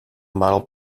model